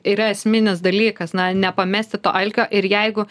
yra esminis dalykas na nepamesti to alkio ir jeigu